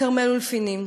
"כרמל אולפינים".